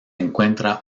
encuentra